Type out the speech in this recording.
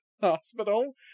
hospital